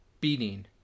beating